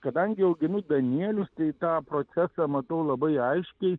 kadangi auginu danielius tai tą procesą matau labai aiškiai